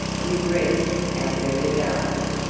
we dread our very guards,